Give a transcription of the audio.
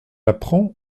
apprend